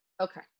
okay